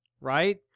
right